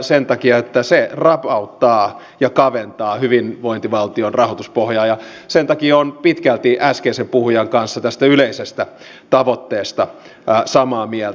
sen takia että se rapauttaa ja kaventaa hyvinvointivaltion rahoituspohjaa ja sen takia olen äskeisen puhujan kanssa tästä yleisestä tavoitteesta pitkälti samaa mieltä